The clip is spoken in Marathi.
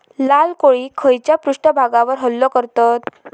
लाल कोळी खैच्या पृष्ठभागावर हल्लो करतत?